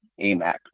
AMAC